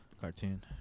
cartoon